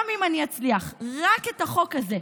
גם אם אני אצליח רק את החוק הזה,